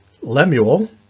Lemuel